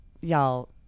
y'all